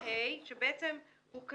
סעיף קטן (ה) הוא בעצם קשור.